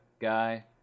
guy